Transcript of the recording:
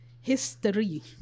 history